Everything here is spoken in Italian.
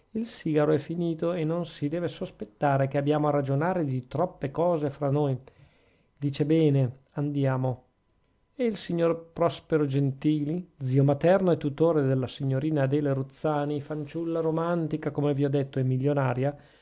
il sigaro è finito e non si deve sospettare che abbiamo a ragionare di troppe cose fra noi dice bene andiamo e il signor prospero gentili zio materno e tutore della signorina adele ruzzani fanciulla romantica come vi ho detto e